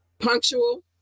punctual